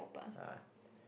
uh